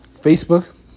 Facebook